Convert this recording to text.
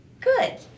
Good